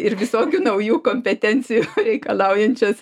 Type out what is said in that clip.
ir visokių naujų kompetencijų reikalaujančias